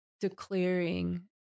declaring